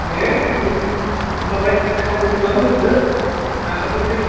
दे फुदुं होनबालाय सावमिन खौ लाबोग्रोदो जाग्रोनोसै